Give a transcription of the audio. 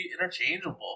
interchangeable